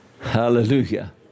Hallelujah